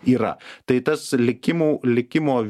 yra tai tas likimų likimo